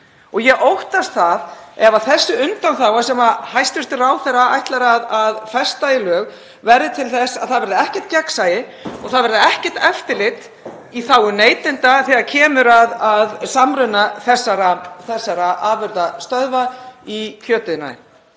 Ég óttast að þessi undanþága sem hæstv. ráðherra ætlar að festa í lög verði til þess að það verði ekkert gegnsæi og ekkert eftirlit í þágu neytenda þegar kemur að samruna þessara afurðastöðva í kjötiðnaði.